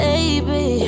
Baby